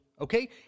Okay